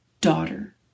Daughter